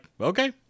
okay